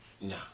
No